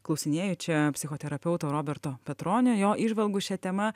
klausinėju čia psichoterapeuto roberto petronio jo įžvalgų šia tema